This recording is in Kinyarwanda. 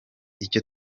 icyo